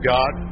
God